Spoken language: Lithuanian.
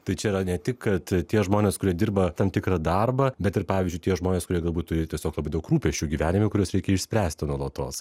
tai čia yra ne tik kad tie žmonės kurie dirba tam tikrą darbą bet ir pavyzdžiui tie žmonės kurie galbūt turi tiesiog labai daug rūpesčių gyvenime kuriuos reikia išspręsti nuolatos